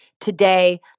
today